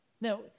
Now